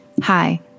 Hi